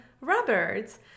Roberts